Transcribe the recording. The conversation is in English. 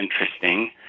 interesting